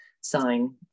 sign